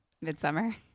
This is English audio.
midsummer